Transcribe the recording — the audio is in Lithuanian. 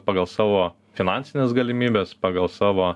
pagal savo finansines galimybes pagal savo